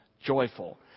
joyful